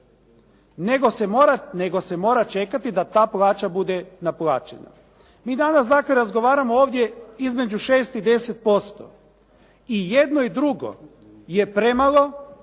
nego se mora čekati da ta plaća bude naplaćena. Mi danas dakle razgovaramo ovdje između 6 i 10%. I jedno i drugo je premalo